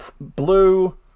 Blue